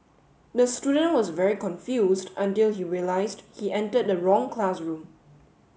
the student was very confused until he realised he entered the wrong classroom